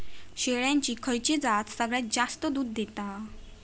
शेळ्यांची खयची जात सगळ्यात जास्त दूध देता?